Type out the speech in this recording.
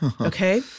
Okay